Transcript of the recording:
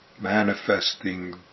manifesting